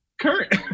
current